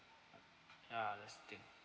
ya that's the thing